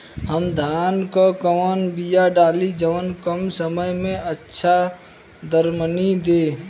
हम धान क कवन बिया डाली जवन कम समय में अच्छा दरमनी दे?